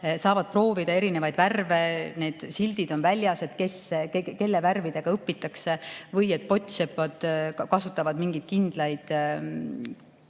saavad proovida erinevaid värve, sildid on väljas, kelle värvidega õpitakse. Või pottsepad kasutavad mingeid kindlaid